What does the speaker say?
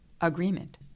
agreement